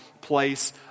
place